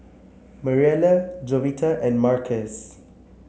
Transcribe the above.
Mariela Jovita and Marcus